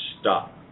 stop